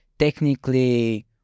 Technically